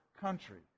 country